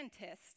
scientists